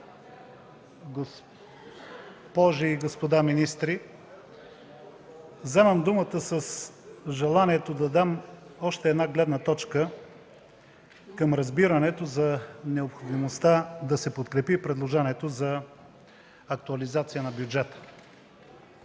госпожи и господа министри! Вземам думата с желанието да дам още една гледна точка към разбирането за необходимостта да се подкрепи предложението за актуализация на бюджета.